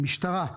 המשטרה.